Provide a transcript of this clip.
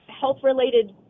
health-related